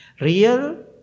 Real